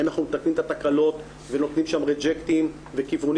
האם אנחנו מתקנים את התקלות ונותנים שם ריג'קטים וכיוונים?